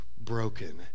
broken